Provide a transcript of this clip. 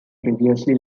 previously